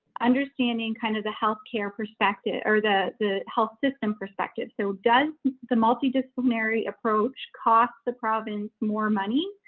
understanding kind of the health care perspective or the the health system perspective. so does the multidisciplinary approach cost the province more money?